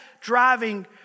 driving